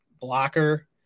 blocker